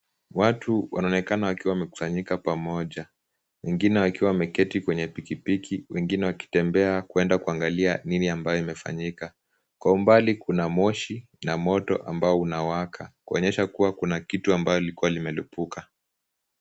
Watu wanaonekana wakiwa wamekusanyika pamoja. Wengine wakiwa wameketi kwenye pikipiki, wengine wakitembea kuenda kuangalia nini ambayo imefanyika. Kwa umbali kuna moshi na moto ambao unawaka. Kuonyesha kuwa kuna kitu ambayo ilikuwa imelipuka.